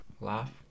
laugh